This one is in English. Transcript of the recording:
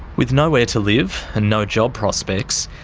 with nowhere to live and no job prospects,